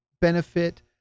benefit